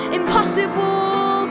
impossible